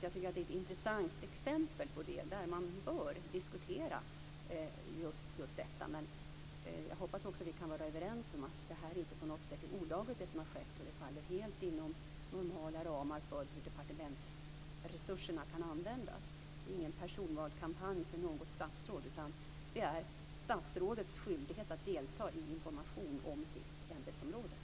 Jag tycker att detta är ett intressant exempel på det och att man bör diskutera just detta. Men jag hoppas också att vi kan vara överens om att det som har skett inte på något sätt är olagligt. Det faller helt inom de normala ramarna för hur departementsresurserna kan användas. Det är ingen personvalskampanj för något statsråd, utan det är statsrådets skyldighet att delta i information om sitt ämbetsområde.